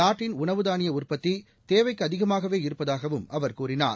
நாட்டின் உணவு தானிய உற்பத்தி தேவைக்கு அதிகமாகவே இருப்பதாகவும் அவர் கூறினார்